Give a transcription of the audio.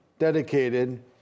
dedicated